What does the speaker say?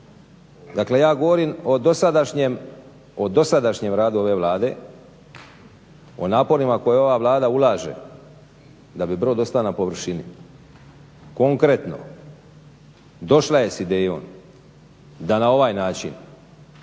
Dakle ja govorim o dosadašnjem radu ove Vlade, o naporima koje ova Vlada ulaže da bi brod ostao na površini. Konkretno, došla je s idejom da na ovaj način